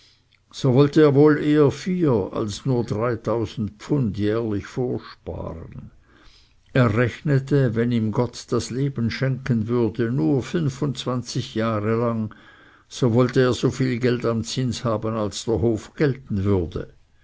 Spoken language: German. so wollte er wohl eher vier als nur dreitausend pfund jährlich vorsparen er rechnete wenn ihm gott das leben schenken würde nur fünfundzwanzig jahre lang so wollte er so viel geld am zins haben als der hof gelten würde